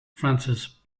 francis